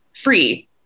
free